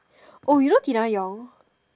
oh you know tina yong